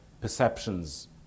perceptions